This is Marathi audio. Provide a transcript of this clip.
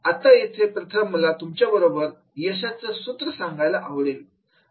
आता येथे प्रथम मला तुमच्या बरोबर यशाचं सूत्र सांगायला आवडेल